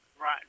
Right